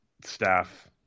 staff